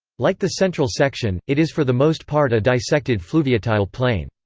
like the central section, it is for the most part a dissected fluviatile plain.